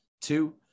two